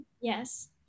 Yes